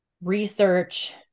research